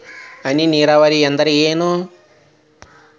ಹನಿ ನೇರಾವರಿ ಅಂದ್ರ ಏನ್?